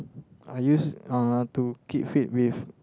are use are to keep fit with